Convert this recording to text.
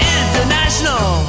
international